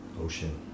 ocean